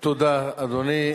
תודה, אדוני.